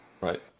Right